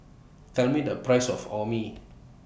Tell Me The Price of Orh Nee